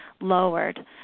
Lowered